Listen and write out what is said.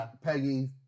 Peggy